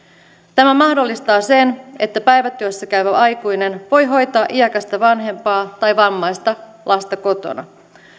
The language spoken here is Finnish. tämä mahdollistaa sen että päivätyössä käyvä aikuinen voi hoitaa iäkästä vanhempaa tai vammaista lasta kotona